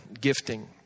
gifting